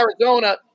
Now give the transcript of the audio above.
Arizona